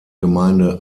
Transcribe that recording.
gemeinde